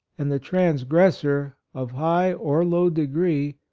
and the trans gressor, of high or low degree,